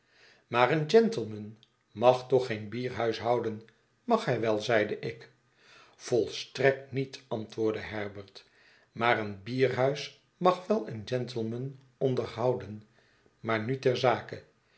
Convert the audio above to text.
maar een gentleman mag toch geen bierhuis houden mag hij wel zeide ik volstrekt niet antwoordde herbert maar een bierhuis mag wel een gentleman onderhouden maar nu ter zake